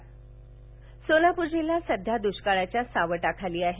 सोलापर सोलापूर जिल्हा सध्या दृष्काळाच्या साव ाखाली आहे